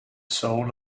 soul